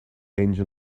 angel